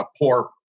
poor